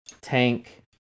Tank